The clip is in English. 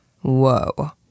Whoa